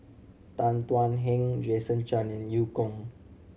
Tan Thuan Heng Jason Chan and Eu Kong